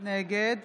נגד